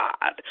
God